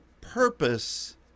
purpose